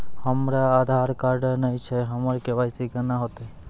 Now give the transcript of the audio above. हमरा आधार कार्ड नई छै हमर के.वाई.सी कोना हैत?